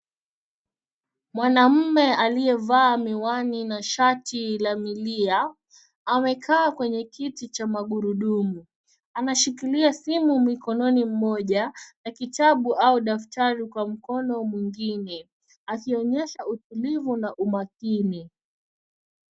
Mwanaume aliyevaa miwani na shati la milia, amekaa kwenye kiti cha magurudumu. Anashikilia simu mkononi mmoja, na kitabu au daftari kwa mkono mwingine, akionyesha utulivu na umakini.